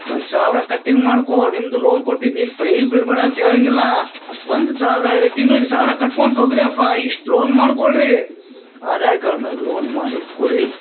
ಒಂದು ಸಾವಿರ ಕಟ್ಟಿ ಮಾಡ್ಕೋ ನಿಂದು ಲೋನ್ ಕೊಟ್ಟಿದ ನಿಂಗ ಪ್ರೀ ಬಿಡ್ಬಡ ಅಂತ ಹೇಳಂಗಿಲ್ಲ ಒಂದು ಸಾವಿರ ಆಗಲಿ ತಿಂಗ್ಳಿಗ ಸಾವಿರ ಕಟ್ಕೊಂತ ಹೋಗ್ರಿ ಅಪ್ಪ ಇಷ್ಟು ಲೋನ್ ಮಾಡ್ಕೊಳ ರೀ ಅದೇ ಕಾರ್ಣಕ್ಕೆ ಲೋನ್ ಮಾಡಿ ಕೊಡ್ರಿ